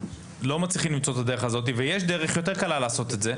לא מצליחים למצוא אתה הדרך הזאת ויש דרך יותר קלה לעשות את זה.